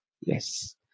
Yes